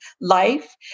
Life